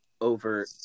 over